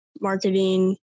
marketing